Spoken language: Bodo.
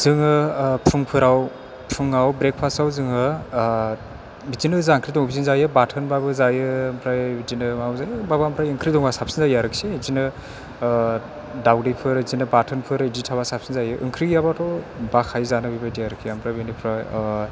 जोङो फुंफोराव फुङाव ब्रेकपास्टाव जोङो बिदिनो जा ओंख्रि दं बेजोंनो जायो बाथोन बाबो जायो आमफ्राय बिदिनो है माबानिफ्राय ओंख्रि दंबा साबसिन जायो आरोखि बिदिनो दावदैफोर बिदिनो बाथोनफोर बिदि थाबा साबसिन जायो ओंख्रि गैयाबाथ' बाखायो जानो बेबायदि आरोखि